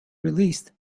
released